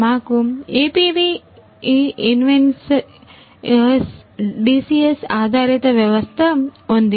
మాకు APV Invensys DCS ఆధారిత వ్యవస్థ ఉంది